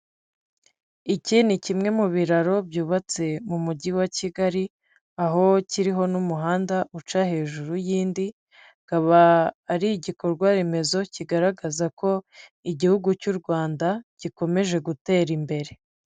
Iki ni kimwe mu biraro byubatse mu mujyi wa kigali, aho kiriho n'umuhanda uca hejuru y'indi. Kaba ari igikorwa remezo kigaragaza ko igihugu cy'u Rwanda gikomeje gutera imbere.